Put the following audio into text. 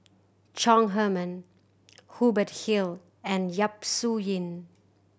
Chong Heman Hubert Hill and Yap Su Yin